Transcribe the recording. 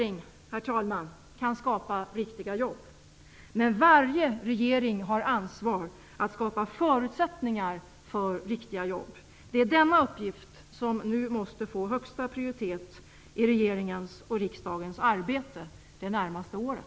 Ingen regering kan skapa riktiga jobb. Men varje regering har ansvar för att skapa förutsättningar för riktiga jobb. Det är denna uppgift som nu måste få högsta prioritet i regeringens och riksdagens arbete det närmaste året.